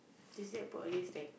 tuesday put on this tag